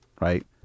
right